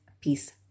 peace